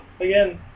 again